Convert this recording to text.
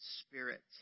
spirit